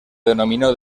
denominó